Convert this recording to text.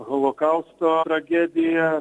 holokausto tragediją